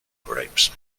grapes